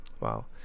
Wow